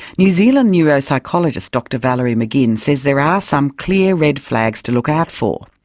new zealand neuropsychologist dr valerie mcginn says there ah some clear red flags to look out for.